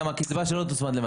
גם הקצבה שלו תוצמד למדד.